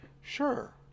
Sure